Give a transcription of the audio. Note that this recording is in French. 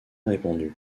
répandue